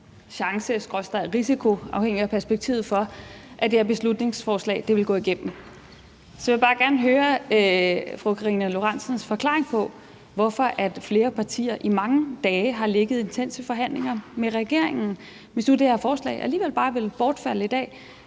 chance skråstreg risiko – afhængig af perspektivet – var for, at det her beslutningsforslag ville gå igennem. Så jeg vil bare gerne høre fru Karina Lorentzen Dehnhardts forklaring på, hvorfor flere partier i mange dage har ligget i intense forhandlinger med regeringen, hvis nu det her forslag alligevel bare ville bortfalde i dag.